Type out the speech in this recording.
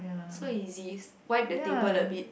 so easy wipe the table a bit